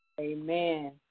Amen